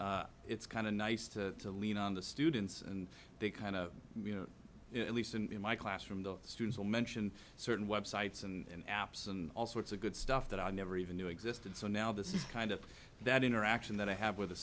fast it's kind of nice to lean on the students and they kind of you know at least in my classroom the students will mention certain websites and apps and all sorts of good stuff that i never even knew existed so now this is kind of that interaction that i have with a